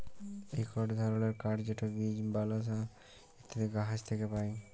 ইকট ধরলের কাঠ যেট বীচ, বালসা ইত্যাদি গাহাচ থ্যাকে পায়